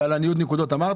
ועל הניוד נקודות אמרת?